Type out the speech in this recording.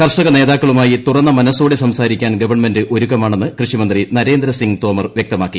കർഷക നേതാക്കളുമായി തുറന്ന മനസോടെ സംസാരിക്കാൻ ഗവൺമെന്റ് ക്രുക്കമാണെന്ന് കൃഷിമന്ത്രി നരേന്ദ്ര സിംഗ് തോമർ വ്യക്തിമാക്കി